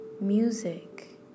music